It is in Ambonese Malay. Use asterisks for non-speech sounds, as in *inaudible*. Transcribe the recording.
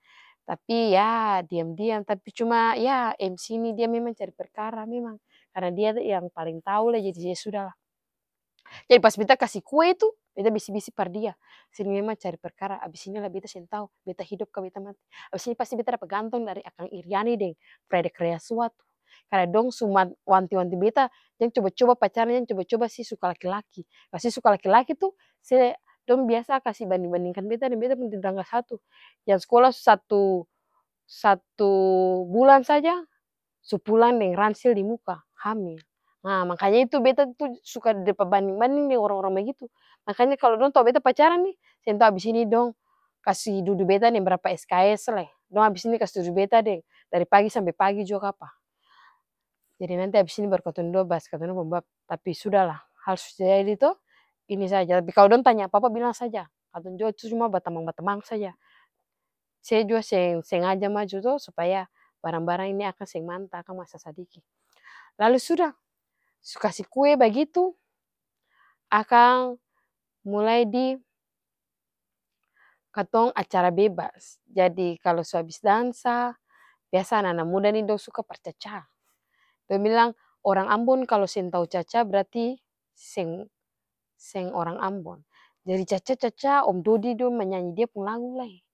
Tapi yah diam-diam tapi cuma yah mc nih dia memang cari perkara memang karna dia yang paleng tau lah jadi yah sudalah, eh pas beta kasi kue itu beta bisi-bisi par dia se ni memang cari perkara abis ini lah beta seng tau beta hidup ka beta mati, abis ini pasti beta dapa gantong dari akang iriani deng fredrik leasuat itu, karna dong su *hesitation* wanti-wanti beta jang coba-coba pacaran, jang coba-coba se suka laki-laki, kalu se suka laki-laki itu se dong biasa kasi banding-bandingkan beta deng beta pung tetangga satu yang skola su satu-satu bulan saja su pulang deng ransel dimuka hamil, *hesitation* makanya itu beta tuh suka dapa banding-banding deng orang-orang bagitu, makanya kalu dong tau beta pacaran nih seng tau abis ini dong kasi dudu beta deng brapa sks lai dong abis ini kasi dudu beta deng dari pagi sampe pagi jua kapa, jadi nanti abis ini baru katong dua bahas katong dua pung bab, tapi sudalah hal su terjadi to ini saja tapi kalu dong tanya apa-apa bilang saja katong dua tuh cuma batamang-batamang saja se jua seng sengaja maju to supaya barang-barang ini akang seng manta akang masa sadiki, lalu suda, su kasi kue bagitu akang mulai di katong acara bebas, jadi kalu su abis dansa biasa ana-ana muda nih dong suka par chaca dong bilang orang ambo kalu seng tau chaca berarti seng seng orang ambon, jadi chaca chaca om dody dong manyanyi dia pung lagu lai.